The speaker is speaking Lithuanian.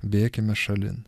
bėkime šalin